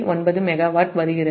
9 megawatt வருகிறது